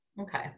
Okay